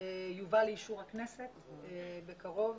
יובא לאישור הכנסת בקרוב.